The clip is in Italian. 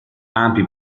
ampi